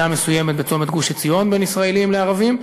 מסוימת בצומת גוש-עציון בין ישראלים לערבים,